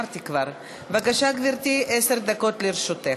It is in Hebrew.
בבקשה, גברתי, עשר דקות לרשותך.